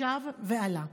שב ועלה?